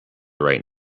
right